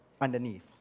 underneath